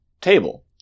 table